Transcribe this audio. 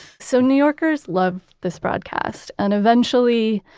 so new yorkers loved this broadcast, and eventually,